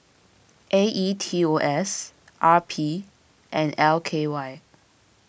A E T O S R P and L K Y